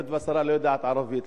היות שהשרה לא יודעת ערבית,